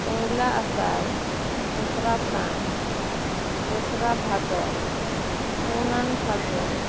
ᱯᱚᱭᱞᱟ ᱟᱥᱟᱲ ᱫᱚᱥᱨᱟ ᱥᱟᱱ ᱛᱮᱥᱨᱟ ᱵᱷᱟᱫᱚᱨ ᱯᱩᱱᱟᱱ ᱯᱷᱟᱹᱜᱩᱱ